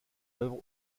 œuvre